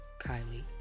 Kylie